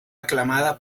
aclamada